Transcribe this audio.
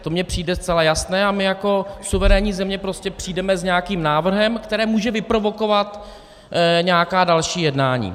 To mně přijde zcela jasné, a my jako suverénní země prostě přijdeme s nějakým návrhem, který může vyprovokovat nějaká další jednání.